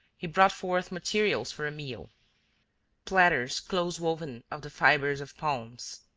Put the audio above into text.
he brought forth materials for a meal platters close-woven of the fibres of palms